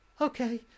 Okay